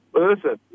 listen